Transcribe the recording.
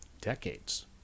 decades